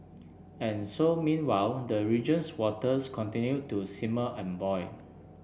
and so meanwhile the region's waters continue to simmer and boil